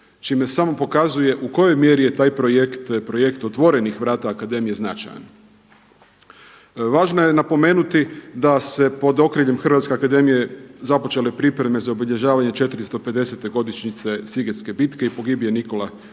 čime samo pokazuje u kojoj mjeri je taj projekt, projekt otvorenih vrata akademije značajan. Važno je napomenuti da se pod okriljem Hrvatske akademije započele pripreme za obilježavanje 450 godišnjice Sigetske bitke i pogibije Nikole Šubića